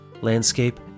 landscape